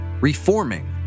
Reforming